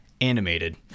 animated